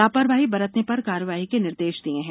लापरवाही बरतने पर कार्रवाई के निर्देश दिए हैं